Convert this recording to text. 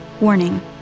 Warning